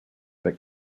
that